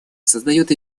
создает